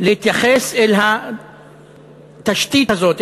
להתייחס אל התשתית הזאת,